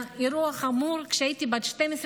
היה אירוע חמור כשהייתי בת 12,